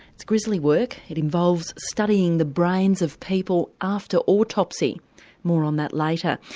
it's grisly work it involves studying the brains of people after autopsy more on that later.